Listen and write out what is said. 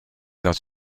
dans